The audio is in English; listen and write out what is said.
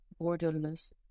borderless